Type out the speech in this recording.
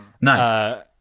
Nice